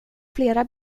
flera